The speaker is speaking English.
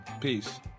peace